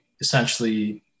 essentially